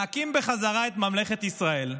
להקים בחזרה את ממלכת ישראל.